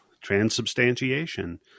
Transubstantiation